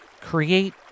create